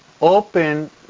open